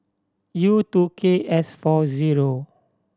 U two K S four zero